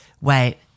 Wait